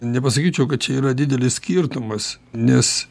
nepasakyčiau kad čia yra didelis skirtumas nes